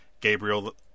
Gabriel